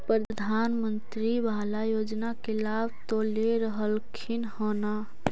प्रधानमंत्री बाला योजना के लाभ तो ले रहल्खिन ह न?